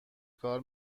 کار